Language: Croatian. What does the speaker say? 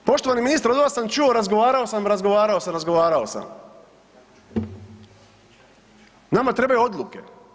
Poštovani ministre od vas sam čuo „razgovarao sam, razgovarao sam, razgovarao sam“ Nama trebaju odluke.